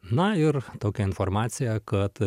na ir tokia informacija kad